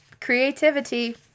Creativity